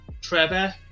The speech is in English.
Trevor